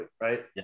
Right